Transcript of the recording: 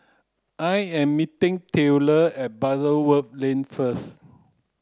I am meeting Taylor at Butterworth Lane first